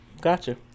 gotcha